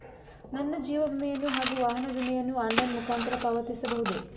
ನನ್ನ ಜೀವ ವಿಮೆಯನ್ನು ಹಾಗೂ ವಾಹನ ವಿಮೆಯನ್ನು ಆನ್ಲೈನ್ ಮುಖಾಂತರ ಪಾವತಿಸಬಹುದೇ?